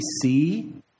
see